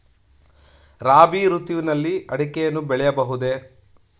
ರಾಬಿ ಋತುವಿನಲ್ಲಿ ಅಡಿಕೆಯನ್ನು ಬೆಳೆಯಬಹುದೇ?